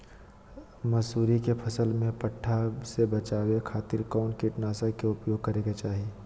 मसूरी के फसल में पट्टा से बचावे खातिर कौन कीटनाशक के उपयोग करे के चाही?